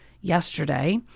yesterday